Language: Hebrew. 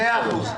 מאה אחוז.